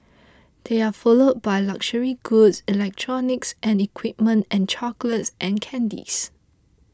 they are followed by luxury goods electronics and equipment and chocolates and candies